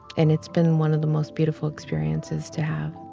and it's been one of the most beautiful experiences to have